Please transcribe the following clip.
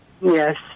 Yes